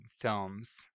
films